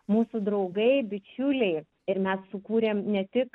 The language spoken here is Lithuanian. mūsų draugai bičiuliai ir mes sukūrėm ne tik